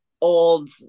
old